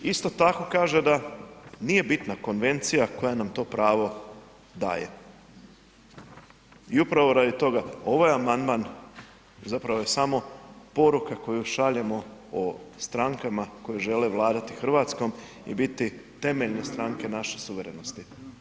Isto tako kaže da nije bitna konvencija koja nam to pravo daje i upravo raditi toga ovaj amandman zapravo je samo poruka koju šaljemo o strankama koje žele vladati Hrvatskom i biti temeljne stranke naše suverenosti.